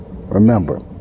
Remember